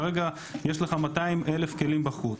כרגע יש לכם 200 אלף כלים בחוץ,